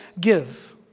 give